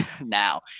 now